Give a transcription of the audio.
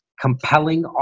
compelling